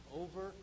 over